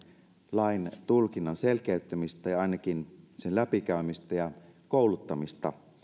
laintulkinnan selkeyttämistä ja ainakin sen läpikäymistä ja kouluttamista